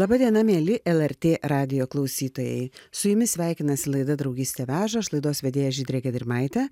laba diena mieli lrt radijo klausytojai su jumis sveikinasi laida draugystė veža aš laidos vedėja žydrė gedrimaitė